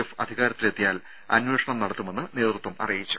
F അധികാരത്തിലെത്തിയാൽ അന്വേഷണം നടത്തുമെന്ന് നേതൃത്വം അറിയിച്ചു